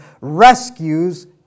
rescues